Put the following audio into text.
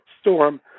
storm